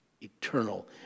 eternal